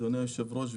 אדוני היושב-ראש,